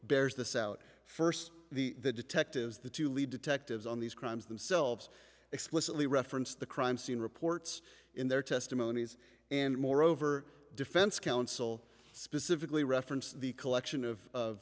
bears this out first the the detectives the two lead detectives on these crimes themselves explicitly reference the crime scene reports in their testimonies and moreover defense counsel specifically referenced the collection of